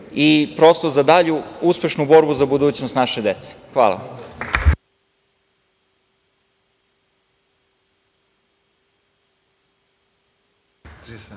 i prosto za dalju uspešnu borbu za budućnost naše dece. Hvala